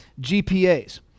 GPAs